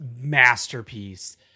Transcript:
masterpiece